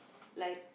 like